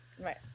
right